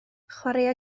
chwaraea